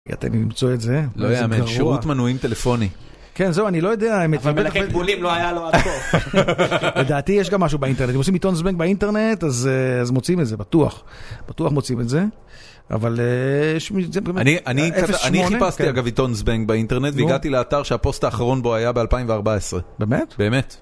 הגעתם למצוא את זה, איזה גרוע.. לא יאמן, שירות מנועים טלפוני, כן זהו אני לא יודע האמת, אבל בלהכין בולים לא היה לו עד פה, (צחוק) לדעתי יש גם משהו באינטרנט, אם עושים עיתון זבנג באינטרנט אז אה.. אז מוצאים את זה בטוח, בטוח מוצאים את זה, אבל אה... יש.. זה באמת, אני, אני חיפשתי אגב עיתון זבנג באינטרנט והגעתי לאתר שהפוסט האחרון בו היה ב2014, באמת? באמת.